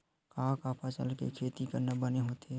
का का फसल के खेती करना बने होथे?